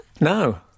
No